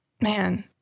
man